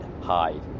hide